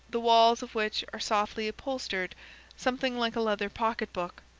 the walls of which are softly upholstered something like a leather pocketbook.